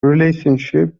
relationship